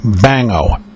Bang-o